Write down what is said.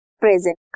present